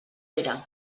pere